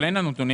אין לנו נתונים.